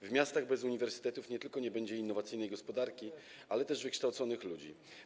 W miastach bez uniwersytetów nie tylko nie będzie innowacyjnej gospodarki, ale też wykształconych ludzi.